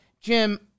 Jim